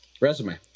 resume